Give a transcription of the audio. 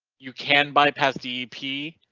you can bypass tp.